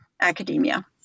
academia